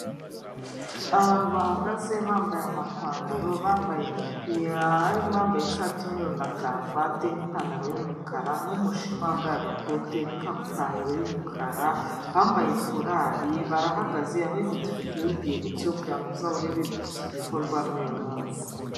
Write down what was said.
Abantu bahagaze bambaye ama pantaro, bambaye imipira, harimo uwambaye ishati y'umweru, na karuvati n'ipantaro y'umukara, n'umushinwa wambaye agakote n'ipantaro y'umukara, bambaye furari, barahagaze aho bifata ifoto y'urwibutso kugira ngo bazahore bibuka iki gikorwa n'uyu munsi.